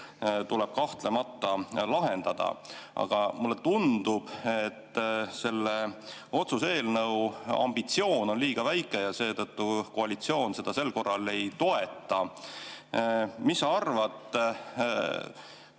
tuleb kahtlemata lahendada. Aga mulle tundub, et selle otsuse eelnõu ambitsioon on liiga väike ja seetõttu koalitsioon seda sel korral ei toeta. Mis sa arvad,